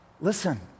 Listen